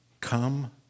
come